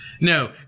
no